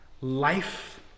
life